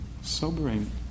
sobering